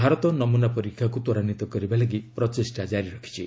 ଭାରତ ନମୁନା ପରୀକ୍ଷାକୁ ତ୍ୱରାନ୍ୱିତ କରିବା ଲାଗି ପ୍ରଚେଷ୍ଟା ଜାରି ରଖିଛି